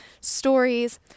stories